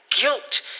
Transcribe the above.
guilt